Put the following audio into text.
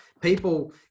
people